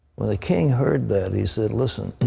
when the king heard that, he said, listen,